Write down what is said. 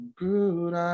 good